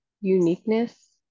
uniqueness